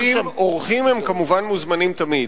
אורחים, כמובן, מוזמנים תמיד.